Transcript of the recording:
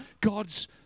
God's